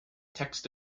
text